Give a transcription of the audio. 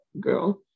girl